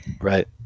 right